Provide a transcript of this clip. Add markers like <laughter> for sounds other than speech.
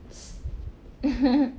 <noise>